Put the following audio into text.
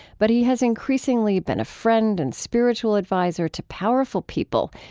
but he has increasingly been a friend and spiritual advisor to powerful people,